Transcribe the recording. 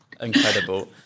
Incredible